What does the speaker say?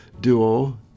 duo